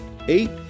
Eight